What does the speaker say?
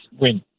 win